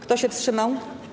Kto się wstrzymał?